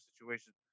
situation